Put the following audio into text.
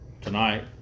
tonight